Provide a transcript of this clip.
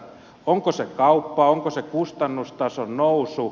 onko se kauppa onko se kustannustason nousu